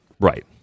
Right